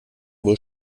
wohl